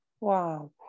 wow